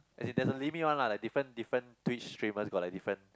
as in there is a limit one lah like different different Tweets treatments got like different